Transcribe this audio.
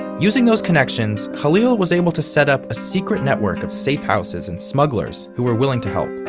using those connections, khalil was able to set up a secret network of safe houses and smugglers who were willing to help.